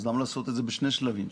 למה לעשות את זה בשני שלבים?